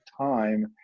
time